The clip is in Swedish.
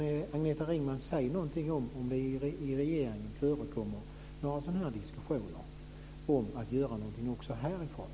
Kan Agneta Ringman säga om det i regeringen förekommer några diskussioner om att själv göra någonting?